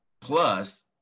plus